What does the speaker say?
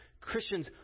Christians